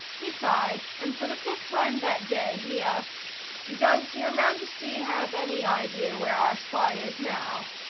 he sighed and, for the fifth time that day, he asked does your majesty have any idea where our spy is now?